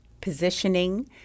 positioning